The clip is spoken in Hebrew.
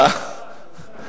מאיזה פלאפון?